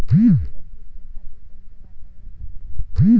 टरबूजासाठी कोणते वातावरण चांगले आहे?